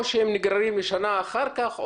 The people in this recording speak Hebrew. או שהם נגררים לשנה אחר-כך,